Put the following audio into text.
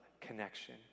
connection